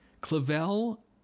Clavel